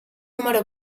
número